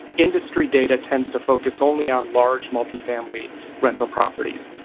industry data tends to focus only on large multi-family rental properties.